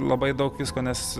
labai daug visko nes